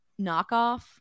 knockoff